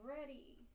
ready